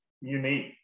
unique